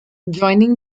joining